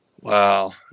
Wow